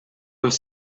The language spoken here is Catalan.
els